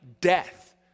death